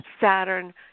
saturn